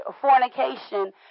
fornication